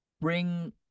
bring